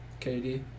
KD